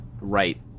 right